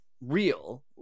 real